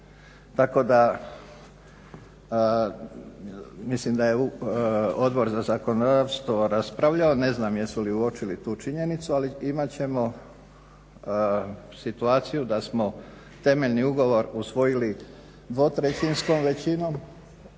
tako da mislim da je Odbor za zakonodavstvo raspravljao. Ne znam jesu li uočili tu činjenicu, ali imat ćemo situaciju da smo temeljni ugovor usvojili dvotrećinskom većinom,